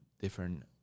different